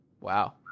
Wow